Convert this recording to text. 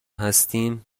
هستیم